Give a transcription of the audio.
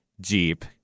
Jeep